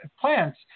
plants